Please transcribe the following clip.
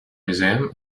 museum